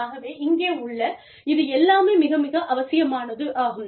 ஆகவே இங்கே உள்ள இது எல்லாமே மிக மிக அவசியமானதாகும்